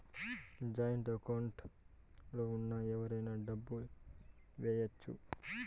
joint account లో ఉన్న ఎవరైనా డబ్బు ఏయచ్చు